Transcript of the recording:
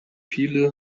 viele